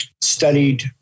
studied